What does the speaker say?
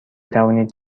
توانید